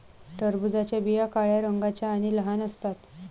टरबूजाच्या बिया काळ्या रंगाच्या आणि लहान असतात